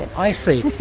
i see.